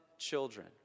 children